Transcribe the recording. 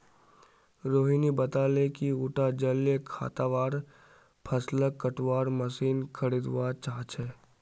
रोहिणी बताले कि उटा जलीय खरपतवार फ़सलक कटवार मशीन खरीदवा चाह छ